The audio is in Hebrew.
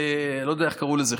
לא יודע איך קראו לזה,